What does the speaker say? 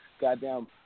goddamn